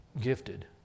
gifted